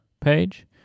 page